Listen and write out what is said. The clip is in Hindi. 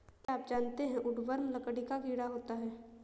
क्या आप जानते है वुडवर्म लकड़ी का कीड़ा होता है?